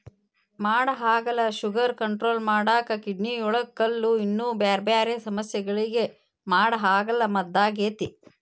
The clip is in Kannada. ಮಾಡಹಾಗಲ ಶುಗರ್ ಕಂಟ್ರೋಲ್ ಮಾಡಾಕ, ಕಿಡ್ನಿಯೊಳಗ ಕಲ್ಲು, ಇನ್ನೂ ಬ್ಯಾರ್ಬ್ಯಾರೇ ಸಮಸ್ಯಗಳಿಗೆ ಮಾಡಹಾಗಲ ಮದ್ದಾಗೇತಿ